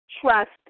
trust